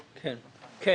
חברות.